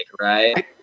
right